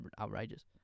outrageous